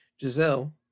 Giselle